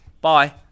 Bye